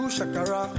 Shakara